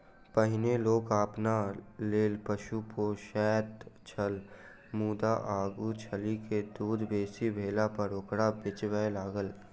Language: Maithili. पहिनै लोक अपना लेल पशु पोसैत छल मुदा आगू चलि क दूध बेसी भेलापर ओकरा बेचय लागल